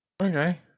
Okay